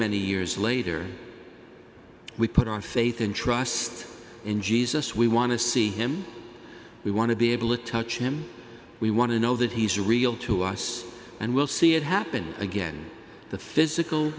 many years later we put our faith and trust in jesus we want to see him we want to be able to touch him we want to know that he's real to us and we'll see it happen again the physical